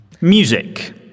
Music